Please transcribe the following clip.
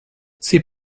c’est